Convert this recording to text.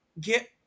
get